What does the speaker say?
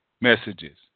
messages